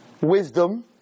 Wisdom